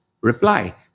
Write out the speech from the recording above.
reply